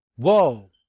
whoa